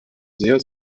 sehr